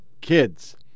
kids